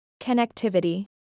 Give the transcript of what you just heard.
Connectivity